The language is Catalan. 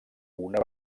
una